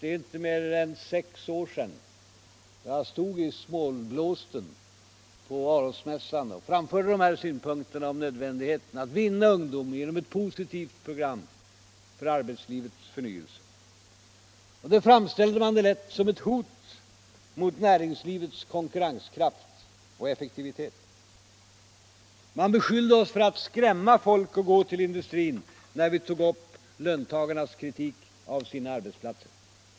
Det är inte mer än sex år sedan jag stod i snålblåsten på Arosmässan och framförde de här synpunkterna om nödvändigheten att vinna ungdomen genom ett positivt program för arbetslivets förnyelse, men det framställde man som ett hot mot näringslivets konkurrenskraft och effektivitet. Man be skyllde oss för att skrämma folk från att gå till industrin, när vi tog upp löntagarnas kritik av sina arbetsplatser.